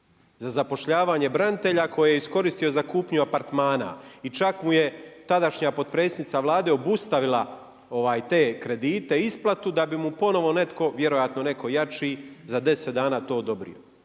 za zapošljavanje branitelja koje je iskoristio za kupnju apartmana. I čak mu je tadašnja potpredsjednica Vlade obustavila te kredite, isplatu da bi mu ponovno neko, vjerojatno neko jači za deset dana to odobrio